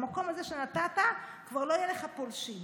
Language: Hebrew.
במקום הזה שנטעת כבר לא יהיו לך פולשים.